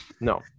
No